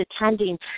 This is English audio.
attending